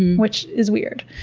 which is weird.